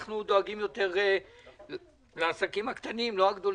אנחנו דואגים יותר לעסקים הקטנים, לא הגדולים.